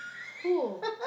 who